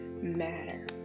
Matter